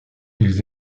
ils